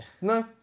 No